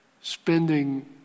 spending